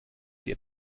sie